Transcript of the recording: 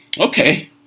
Okay